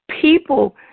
people